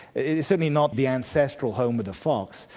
it's certainly not the ancestral home of the fox.